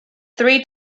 three